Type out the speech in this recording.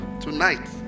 Tonight